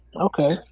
Okay